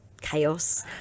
Chaos